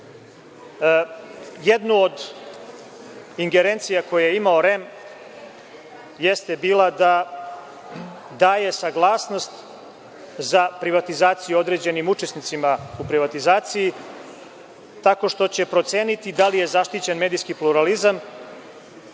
od ingerencija koje je imao REM jeste bila da daje saglasnost za privatizaciju određenim učesnicima u privatizaciji, tako što će proceniti da li je zaštićen medijski pluralizam